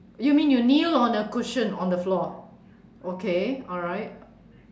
you mean you kneel on a cushion on the floor okay alright